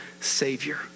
Savior